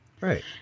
Right